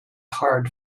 hard